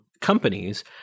companies